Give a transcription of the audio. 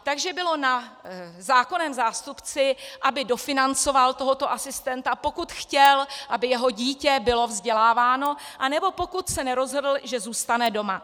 Takže bylo na zákonném zástupci, aby dofinancoval tohoto asistenta, pokud chtěl, aby jeho dítě bylo vzděláváno, anebo pokud se nerozhodl, že zůstane doma.